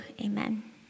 Amen